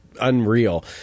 unreal